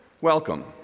Welcome